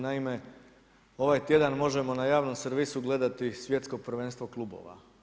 Naime, ovaj tjedan možemo na javnom servisu gledati svjetsko prvenstvo klubova.